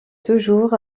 toujours